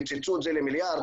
קיצצו את זה למיליארד,